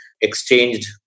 exchanged